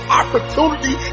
opportunity